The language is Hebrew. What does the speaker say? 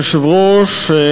אדוני היושב-ראש,